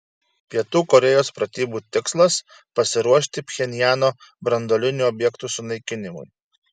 pietų korėjos pratybų tikslas pasiruošti pchenjano branduolinių objektų sunaikinimui